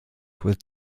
with